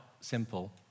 simple